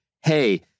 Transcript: hey